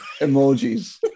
Emojis